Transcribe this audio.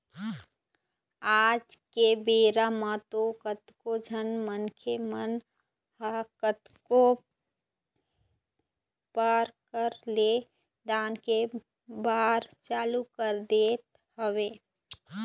आज के बेरा म तो कतको झन मनखे मन ह कतको परकार ले दान दे बर चालू कर दे हवय